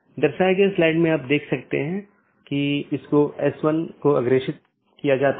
गम्यता reachability की जानकारी update message द्वारा आदान प्रदान की जाती है